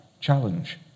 challenge